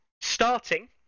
Starting